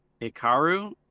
ikaru